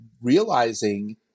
realizing